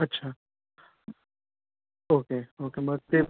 अच्छा okay okay मग ते